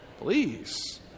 Please